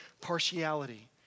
partiality